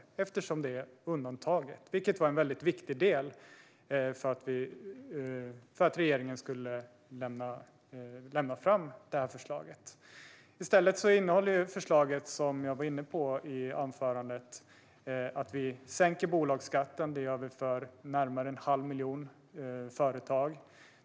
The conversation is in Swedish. Det är nämligen undantaget, vilket var en väldigt viktig del för att regeringen skulle lägga fram förslaget. I stället innehåller förslaget, som jag var inne på i anförandet, att vi sänker bolagsskatten. Det gör vi för närmare en halv miljon företag.